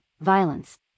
violence